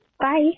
Bye